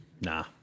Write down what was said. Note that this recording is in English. Nah